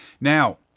Now